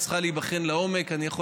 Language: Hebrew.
והיא צריכה להיבחן לעומק.